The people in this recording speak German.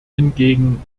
hingegen